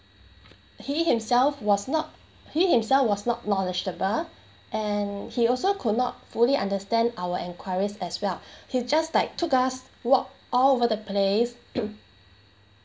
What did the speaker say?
he himself was not he himself was not knowledgeable and he also could not fully understand our enquiries as well he just like took us walk all over the place